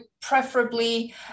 preferably